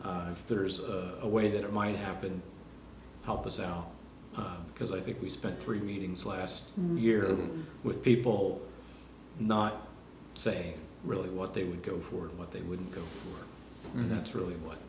if there's a way that it might happen help us out because i think we spent three meetings last year with people not say really what they would go for what they would and that's really what